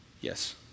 yes